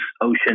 ocean